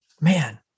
man